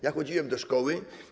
Ja chodziłem do szkoły.